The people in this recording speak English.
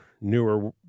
newer